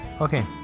Okay